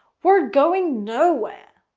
we're going nowhere